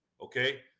okay